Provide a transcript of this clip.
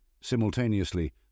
Simultaneously